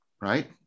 right